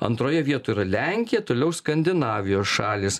antroje vietoj yra lenkija toliau skandinavijos šalys